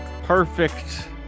perfect